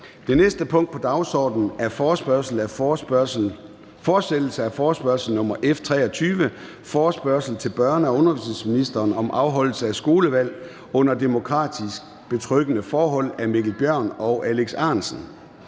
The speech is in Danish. Det næste punkt på dagsordenen er: 3) Fortsættelse af forespørgsel nr. F 23 [afstemning]: Forespørgsel til børne- og undervisningsministeren om afholdelse af skolevalg under demokratisk betryggende forhold. Af Mikkel Bjørn (DF) og Alex Ahrendtsen